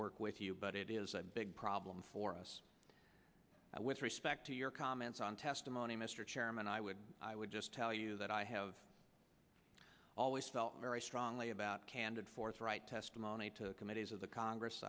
work with you but it is a big problem for us with respect to your comments on testimony mr chairman i would i would just tell you that i have always felt very strongly about candid forthright testimony to committees of the congress